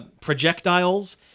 projectiles